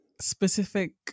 specific